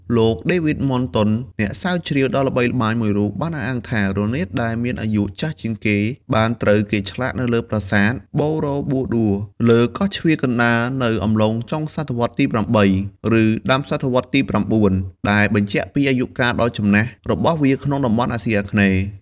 លោក ដេវីដ ម័រតុន អ្នកស្រាវជ្រាវដ៏ល្បីល្បាញមួយរូប បានអះអាងថា រនាតដែលមានអាយុចាស់ជាងគេបានត្រូវគេឆ្លាក់នៅលើប្រាសាទបូរ៉ូប៊ូឌួ លើកោះជ្វាកណ្តាលនៅអំឡុងចុងសតវត្សទី៨ ឬដើមសតវត្សទី៩ ដែលបញ្ជាក់ពីអាយុកាលដ៏ចំណាស់របស់វាក្នុងតំបន់អាស៊ីអាគ្នេយ៍។